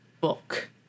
book